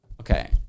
Okay